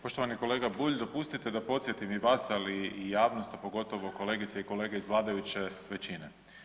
Poštovani kolega Bulj, dopustite da podsjetim i vas ali i javnost pogotovo kolegice i kolege iz vladajuće većine.